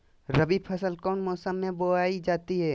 रबी फसल कौन मौसम में बोई जाती है?